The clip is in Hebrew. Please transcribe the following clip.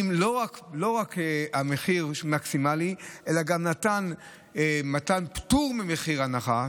לא רק מחיר מקסימלי אלא גם מתן פטור ממחיר ההנחה,